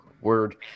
word